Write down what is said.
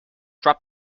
drop